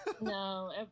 No